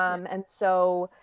um and so,